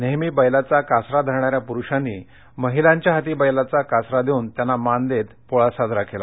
नेहमी बैलाचा कासरा धरणाऱ्या प्रुषांनी महिलांच्या हाती बैलाचा कासरा देऊन त्यांना मान देत पोळा साजरा केला